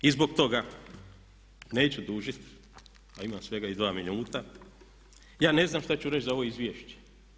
I zbog toga, neću dužiti a imam svega izgleda minutu, ja ne znam šta ću reći za ovo izvješće?